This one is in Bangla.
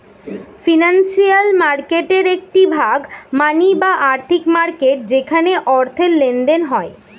ফিনান্সিয়াল মার্কেটের একটি ভাগ মানি বা আর্থিক মার্কেট যেখানে অর্থের লেনদেন হয়